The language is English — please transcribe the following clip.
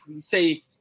say